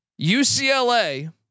UCLA